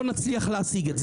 לא נצליח להשיג את זה.